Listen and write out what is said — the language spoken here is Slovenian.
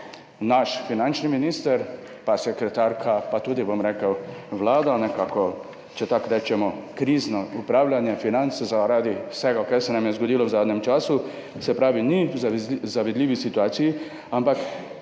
naš finančni minister in sekretarka, pa nekako tudi Vlada, če tako rečemo, krizno upravljanje financ zaradi vsega, kar se nam je zgodilo v zadnjem času, se pravi niso v zavidljivi situaciji, ampak